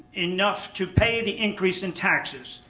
enough to pay the increase in taxes.